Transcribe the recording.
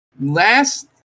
last